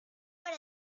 hora